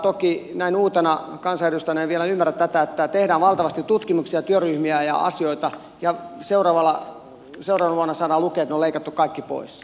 toki näin uutena kansanedustajana en vielä ymmärrä tätä että tehdään valtavasti tutkimuksia työryhmiä ja asioita ja seuraavana vuonna saadaan lukea että ne on leikattu kaikki pois